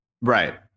right